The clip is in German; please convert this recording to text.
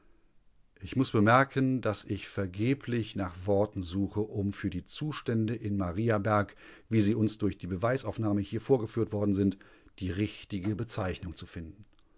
ich muß bemerken daß ich vergeblich nach worten suche um für die zustände in mariaberg wie sie uns durch die beweisaufnahme hier vorgeführt worden sind die richtige bezeichnung zu finden